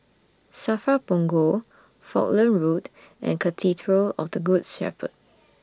SAFRA Punggol Falkland Road and Cathedral of The Good Shepherd